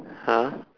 !huh!